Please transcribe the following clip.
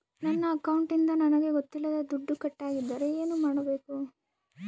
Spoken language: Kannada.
ನನ್ನ ಅಕೌಂಟಿಂದ ನನಗೆ ಗೊತ್ತಿಲ್ಲದೆ ದುಡ್ಡು ಕಟ್ಟಾಗಿದ್ದರೆ ಏನು ಮಾಡಬೇಕು?